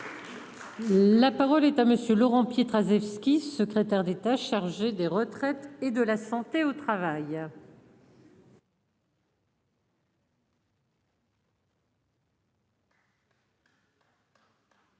La parole est à monsieur Laurent Pietraszewski, secrétaire d'État chargé des retraites et de la santé au travail.